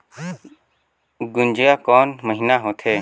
गुनजा कोन महीना होथे?